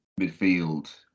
midfield